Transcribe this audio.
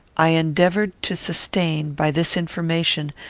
i endeavoured to sustain, by this information,